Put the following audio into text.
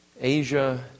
Asia